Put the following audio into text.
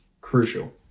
crucial